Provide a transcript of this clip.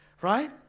right